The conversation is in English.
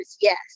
yes